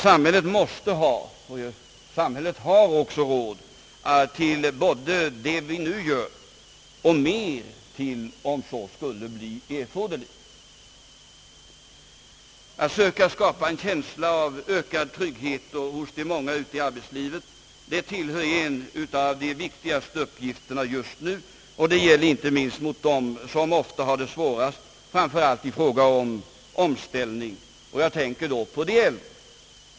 Samhället måste ha och har också råd till de åtgärder som vi nu vidtar och mer till, om så skulle bli erforderligt. Att söka skapa en känsla av ökad trygghet hos de många i arbetslivet tillhör en av de viktigaste uppgifterna just nu, och det gäller inte minst de grupper som ofta har det svårast, framför allt när det gäller omställning, och jag tänker då på de äldre.